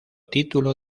título